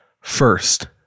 first